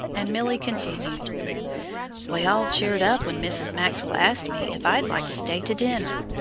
and milly continued we all cheered up when mrs. maxwell asked me if i'd like to stay to dinner.